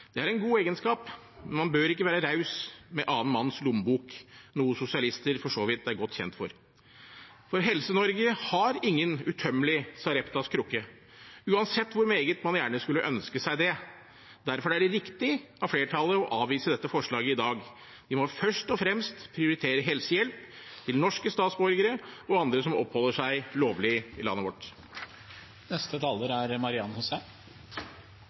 Det er en god egenskap, men man bør ikke være raus med annen manns lommebok, noe sosialister for så vidt er godt kjent for. For Helse-Norge har ingen utømmelig Sareptas krukke, uansett hvor meget man gjerne skulle ønske seg det. Derfor er det riktig av flertallet å avvise dette forslaget i dag. Vi må først og fremst prioritere helsehjelp til norske statsborgere og andre som oppholder seg lovlig i landet vårt. Jeg er glad for at dagens regelverk er